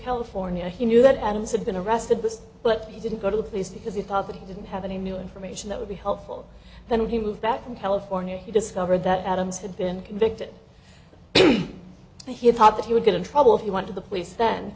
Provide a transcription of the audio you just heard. california he knew that adams had been arrested this but he didn't go to the police because he thought that he didn't have any new information that would be helpful then when he moved back from california he discovered that adams had been convicted by hip hop that he would get in trouble if you want to the police then